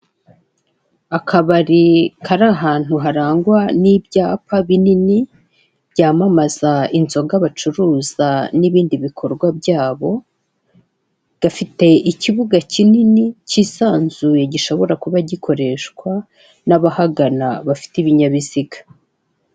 Akabari kari ahantu harangwa n'ibyapa binini, byamamaza inzoga bacuruza n'ibindi bikorwa byabo, gafite ikibuga kinini kisanzuye gishobora kuba gikoreshwa n'abahagana bafite ibinyabiziga.